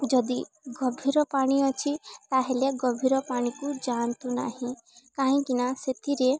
ଯଦି ଗଭୀର ପାଣି ଅଛି ତାହେଲେ ଗଭୀର ପାଣିକୁ ଯାଆନ୍ତୁ ନାହିଁ କାହିଁକିନା ସେଥିରେ